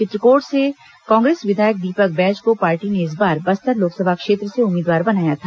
चित्रकोट से कांग्रेस विधायक दीपक बैज को पार्टी ने इस बार बस्तर लोकसभा क्षेत्र से उम्मीदवार बनाया था